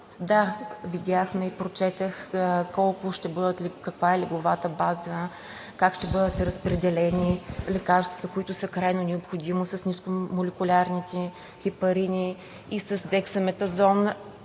Да, видях и прочетох каква е легловата база, как ще бъдат разпределени лекарствата, които са крайно необходими с нискомолекулярните хепарини и с дексаметазона